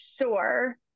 sure